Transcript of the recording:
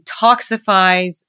detoxifies